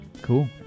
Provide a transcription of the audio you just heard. Cool